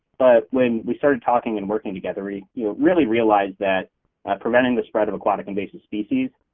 but when we started talking and working together you you really realize that that preventing the spread of aquatic invasive species,